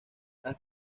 las